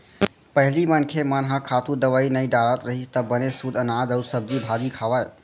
पहिली मनखे मन ह खातू, दवई नइ डारत रहिस त बने सुद्ध अनाज अउ सब्जी भाजी खावय